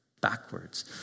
backwards